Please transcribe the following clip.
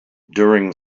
during